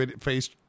face-